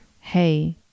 Hey